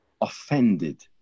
Offended